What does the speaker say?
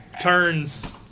turns